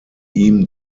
ihm